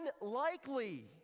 unlikely—